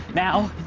now,